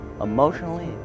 emotionally